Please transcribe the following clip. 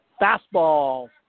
Fastball